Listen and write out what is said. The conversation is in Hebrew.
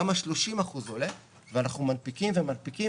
גם ה-30% עולה ואנחנו מנפיקים ומנפיקים